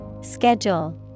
Schedule